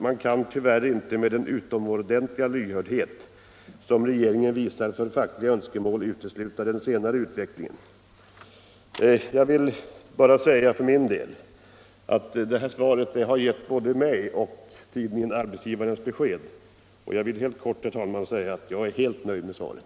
Man kan tyvärr inte med den utomordentliga lyhördhet som regeringen visar för fackliga önskemål utesluta den senare utvecklingen.” Svaret har givit både mig och tidningen Arbetsgivaren besked. Jag vill bara helt kort, herr talman, säga att jag är alldeles nöjd med svaret.